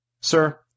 Sir